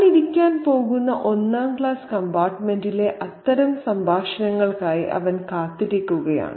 താൻ ഇരിക്കാൻ പോകുന്ന ഒന്നാം ക്ലാസ് കമ്പാർട്ടുമെന്റിലെ അത്തരം സംഭാഷണങ്ങൾക്കായി അവൻ കാത്തിരിക്കുകയാണ്